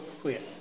quit